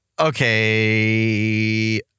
Okay